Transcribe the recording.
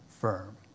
firm